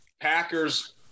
Packers